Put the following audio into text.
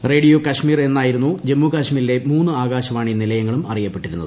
റേഡിയ്ക്ക്ശ്മീർ എന്നായിരുന്നു ജമ്മുകശ്മീരിലെ മൂന്നു ആകാശവാണി നിലയങ്ങളും അറിയപ്പെട്ടിരുന്നത്